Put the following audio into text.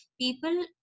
People